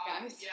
guys